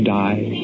die